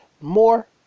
more